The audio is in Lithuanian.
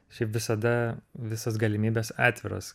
šiaip visada visos galimybės atviros